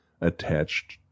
attached